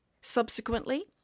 Subsequently